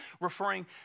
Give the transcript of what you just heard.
referring